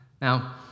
Now